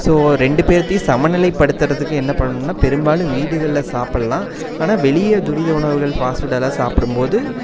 so ரெண்டு பேர்த்தையும் சமநிலைபடுத்தறத்துக்கு என்ன பண்ணணுனா பெரும்பாலும் வீடுகளில் சாப்புடல்லாம் ஆனால் வெளியே துரித உணவுகள் ஃபாஸ்ட் ஃபுட் அதெல்லாம் சாப்பிடும் போது